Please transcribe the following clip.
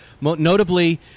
notably